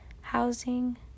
housing